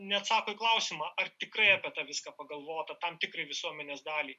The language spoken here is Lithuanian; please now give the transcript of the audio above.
neatsako į klausimą ar tikrai apie tą viską pagalvota tam tikrai visuomenės daliai